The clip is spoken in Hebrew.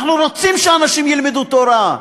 אנחנו רוצים שאנשים ילמדו תורה.